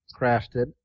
crafted